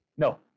No